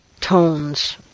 tones